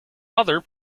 other